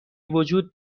وجود